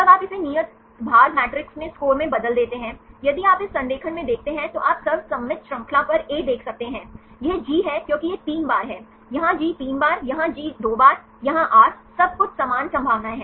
तब आप इसे नियत भार मैट्रिक्स में स्कोर में बदल देते हैं यदि आप इस संरेखण में देखते हैं तो आप सर्वसम्मति श्रृंखला ए देख सकते हैं यह जी है क्योंकि यह 3 बार है यहां जी 3 बार यहां जी 2 बार यहां आर सब कुछ समान संभावनाएं हैं